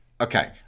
Okay